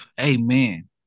Amen